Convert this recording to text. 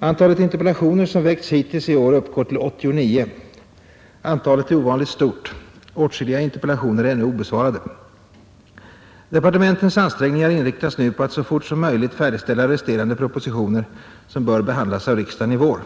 Antalet interpellationer som väckts hittills i år uppgår till 89. Antalet är ovanligt stort. Åtskilliga interpellationer är ännu obesvarade. Departementens ansträngningar inriktas nu på att så fort som möjligt färdigställa resterande propositioner som bör behandlas av riksdagen i vår.